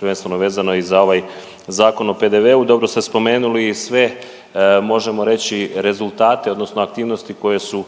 prvenstveno vezano i za ovaj Zakon o PDV-u. Dobro ste spomenuli i sve možemo reći rezultate odnosno aktivnosti koje su